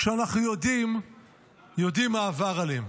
כשאנחנו יודעים מה עבר עליהם.